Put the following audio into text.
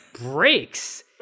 breaks